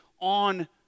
on